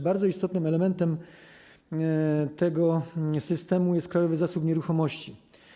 Bardzo istotnym elementem tego systemu jest jeszcze Krajowy Zasób Nieruchomości.